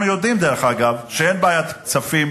אנחנו יודעים, דרך אגב, שאין בעיית כספים